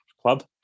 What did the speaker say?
club